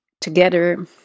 together